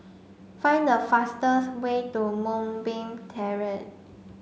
find the fastest way to Moonbeam Terrace